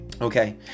Okay